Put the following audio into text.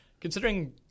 considering